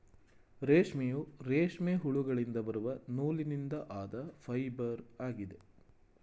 ರೇಷ್ಮೆಯು, ರೇಷ್ಮೆ ಹುಳುಗಳಿಂದ ಬರುವ ನೂಲಿನಿಂದ ಆದ ಫೈಬರ್ ಆಗಿದೆ